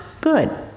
good